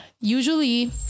Usually